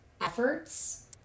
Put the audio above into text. efforts